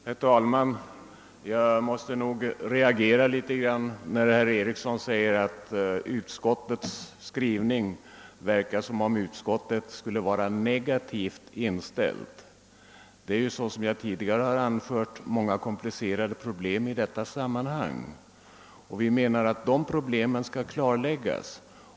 Herr talman! Jag måste nu reagera litet när herr Ericson i Örebro säger att det av utskottets skrivning verkar som om det skulle vara negativt inställt. Som jag tidigare anfört finns det många komplicerade problem i detta sammanhang. Vi menar att dessa problem måste klarläggas.